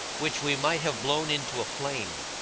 which we might have blown into a flame,